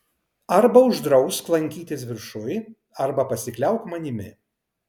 arba uždrausk lankytis viršuj arba pasikliauk manimi